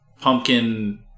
pumpkin